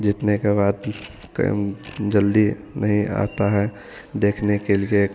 जीतने के बाद टाइम जल्दी नहीं आता है देखने के लिए